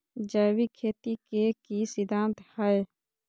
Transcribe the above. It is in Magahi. जैविक खेती के की सिद्धांत हैय?